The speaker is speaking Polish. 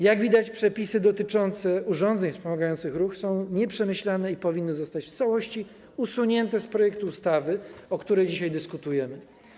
Jak widać, przepisy dotyczące urządzeń wspomagających ruch są nieprzemyślane i powinny zostać w całości usunięte z projektu ustawy, o którym dzisiaj dyskutujemy.